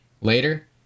later